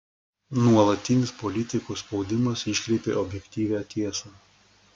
nuolatinis politikų spaudimas iškreipia objektyvią tiesą